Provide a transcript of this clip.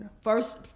First